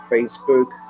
Facebook